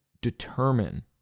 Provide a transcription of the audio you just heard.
determine